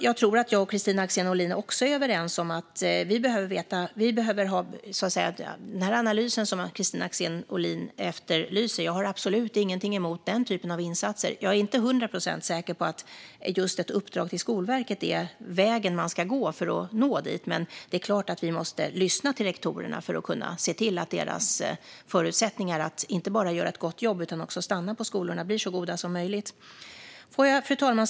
Jag har absolut ingenting emot den typ av analyser som Kristina Axén Olin efterlyser, även om jag inte är 100 procent säker på att just ett uppdrag till Skolverket är vägen man ska gå för att nå dit. Det är dock klart att vi måste lyssna till rektorerna för att kunna se till att deras förutsättningar att inte bara göra ett gott jobb utan också stanna på skolorna blir så goda som möjligt. Fru talman!